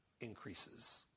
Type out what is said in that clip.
increases